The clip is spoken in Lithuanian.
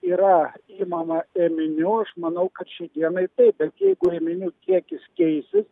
yra imama ėminių aš manau kad šiai dienai taip bet jeigu ėminių kiekis keisis